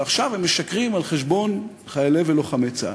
ועכשיו הם משקרים על חשבון חיילי ולוחמי צה"ל.